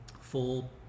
full